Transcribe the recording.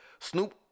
Snoop